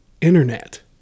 internet